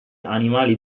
animali